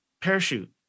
parachute